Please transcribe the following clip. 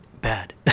bad